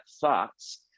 thoughts